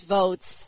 votes